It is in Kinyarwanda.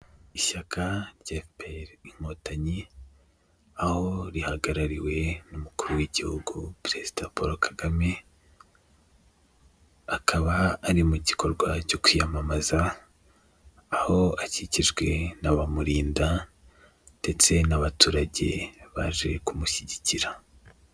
Ishyaka rya efuperi inkotanyi aho rihagarariwe n'umukuru w'igihugu perezida Paul Kagame akaba ari mu gikorwa cyo kwiyamamaza, aho akikijwe n'abamurinda ndetse n'abaturage baje kumushyigikira.